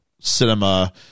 cinema